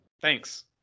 Thanks